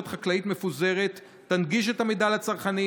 חקלאית מפוזרת תנגיש את המידע לצרכנים,